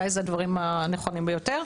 מתי זה הדברים הנכונים ביותר.